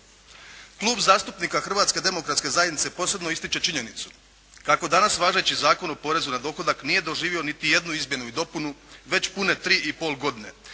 Klub zastupnika Hrvatske demokratske zajednice posebno ističe činjenicu kako danas važeći Zakon o porezu na dohodak nije doživio niti jednu izmjenu i dopunu već pune 3 i pol godine,